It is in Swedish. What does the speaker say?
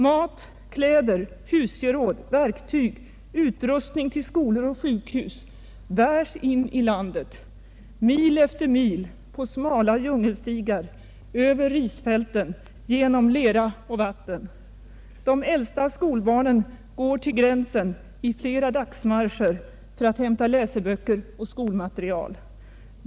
Mat, kläder, husgeråd, verktyg, utrustning till skolor och sjukhus bärs in i landet, mil efter mil på smala djungelstigar, över risfälten, genom lera och vatten. De äldsta skolbarnen går till gränsen i flera dagsmarscher för att hämta läseböcker och skolmateriel.